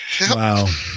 Wow